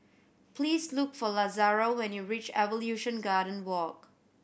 please look for Lazaro when you reach Evolution Garden Walk